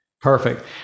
Perfect